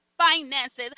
finances